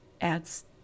adds